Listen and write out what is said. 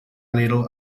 little